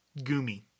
Gumi